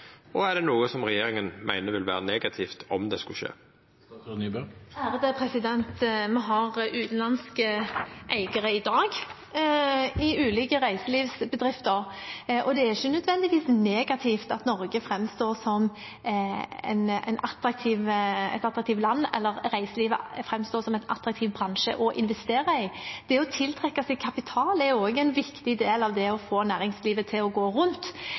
og er det noko regjeringa meiner vil vera negativt om det skulle skje? Vi har utenlandske eiere i dag i ulike reiselivsbedrifter, og det er ikke nødvendigvis negativt at Norge framstår som et attraktivt land, eller at reiselivet framstår som en attraktiv bransje å investere i. Det å tiltrekke seg kapital er også en viktig del av det å få næringslivet til å gå rundt.